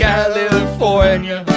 California